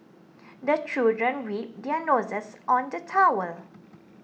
the children wipe their noses on the towel